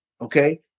Okay